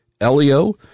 Elio